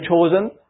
chosen